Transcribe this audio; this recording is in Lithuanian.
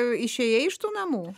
išėjai iš tų namų